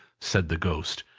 said the ghost.